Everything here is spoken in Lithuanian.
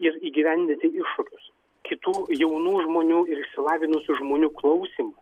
ir įgyvendinti iššūkius kitų jaunų žmonių ir išsilavinusių žmonių klausymą